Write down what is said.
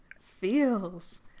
Feels